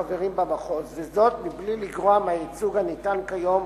במחוז, וזאת בלי לגרוע מהייצוג הניתן כיום